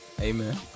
Amen